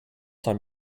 time